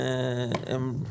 הם...